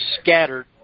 scattered